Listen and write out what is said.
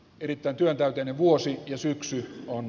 erittäin työntäyteinen vuosi ja syksy on